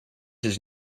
his